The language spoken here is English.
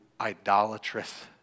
idolatrous